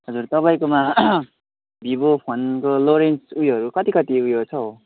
हजुर तपाईँकोमा भिभो फोनको लो रेन्ज उयोहरू कति कति उयो छ हौ